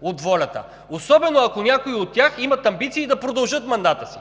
от волята, особено ако някои от тях имат амбиции да продължат мандата си.